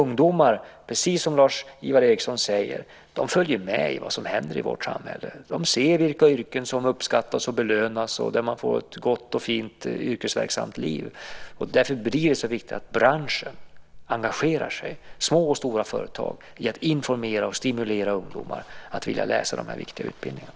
Precis som Lars-Ivar Ericson säger följer ungdomar med i vad som händer i vårt samhälle. De ser vilka yrken som uppskattas och belönas och var man får ett gott och fint yrkesverksamt liv. Därför blir det så viktigt att branschen - små och stora företag - engagerar sig i att informera och stimulera ungdomar till att vilja läsa på de här viktiga utbildningarna.